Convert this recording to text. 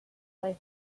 way